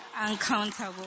Uncountable